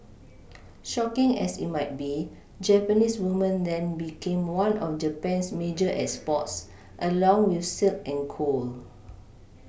shocking as it might be Japanese women then became one of Japan's major exports along with silk and coal